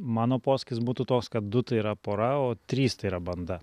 mano posakis būtų toks kad du tai yra pora o trys tai yra banda